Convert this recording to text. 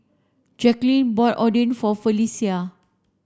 Jackeline bought Oden for Felecia